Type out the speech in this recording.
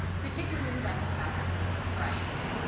particularly when the fabric was striped.